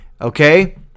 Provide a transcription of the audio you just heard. Okay